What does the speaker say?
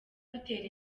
butera